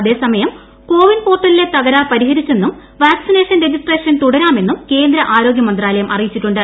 അതേ സമയം കോവിൻ പോർട്ടലിലെ തകരാർ പരിഹരിച്ചെന്നും വാക്സിനേഷൻ രജിസ്ട്രേഷൻ തുടരാമെന്നും പ്രക്നേന്ദ് ആരോഗ്യമന്ത്രാലയം അറിയിച്ചിട്ടുണ്ട്